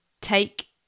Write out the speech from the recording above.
take